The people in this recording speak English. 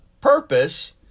purpose